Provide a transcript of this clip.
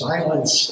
Silence